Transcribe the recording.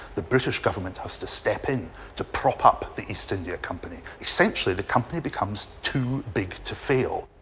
the british government has to step in to prop up the east india company. essentially, the company becomes too big to fail.